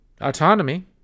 autonomy